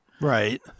right